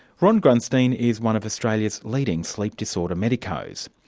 ron grunstein is one of australia's leading sleep disorder medicos.